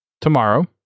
tomorrow